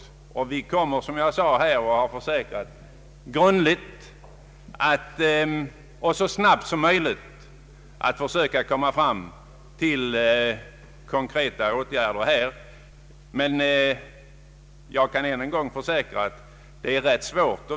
Vi kommer att som jag förut sade så snabbt som möjligt försöka lägga fram förslag till konkreta åtgärder. Men jag kan än en gång försäkra att det är ganska svårt.